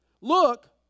Look